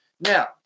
Now